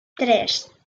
tres